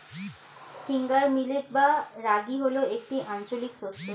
finger millet বা রাগী হল একটি আঞ্চলিক শস্য